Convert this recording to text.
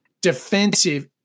defensive